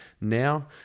now